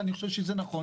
זה נכון,